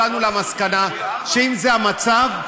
הגענו למסקנה שאם זה המצב,